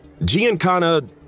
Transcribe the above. Giancana